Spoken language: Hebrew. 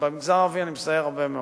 במגזר הערבי אני מסייר הרבה מאוד.